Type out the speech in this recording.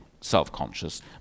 self-conscious